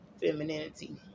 femininity